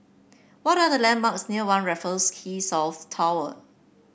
what are the landmarks near One Raffles Quay South Tower